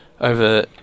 over